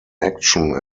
action